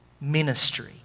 ministry